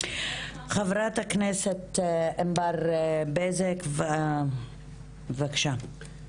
חברת הכנסת ענבר בזק, בבקשה.